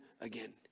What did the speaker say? again